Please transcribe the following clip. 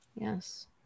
Yes